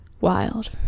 Wild